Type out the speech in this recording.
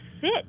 fit